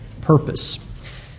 Purpose